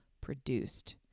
produced